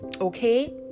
Okay